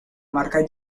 marca